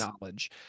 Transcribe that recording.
knowledge